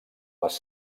les